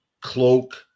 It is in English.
cloak